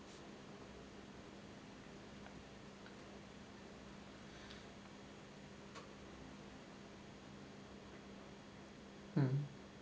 mm